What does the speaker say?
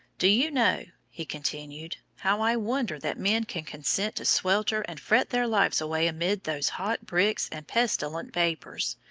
do you know he continued, how i wonder that men can consent to swelter and fret their lives away amid those hot bricks and pestilent vapours,